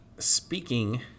speaking